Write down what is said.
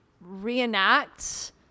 reenact